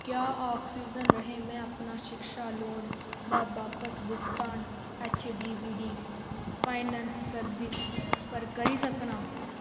क्या आक्सीजन राहें में अपना शिक्षा लोन दा बापस भुगतान H D B D finance services पर करी सकनां